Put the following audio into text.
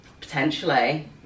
Potentially